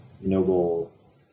noble